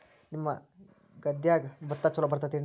ನಿಮ್ಮ ಗದ್ಯಾಗ ಭತ್ತ ಛಲೋ ಬರ್ತೇತೇನ್ರಿ?